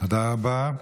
תודה רבה.